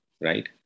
right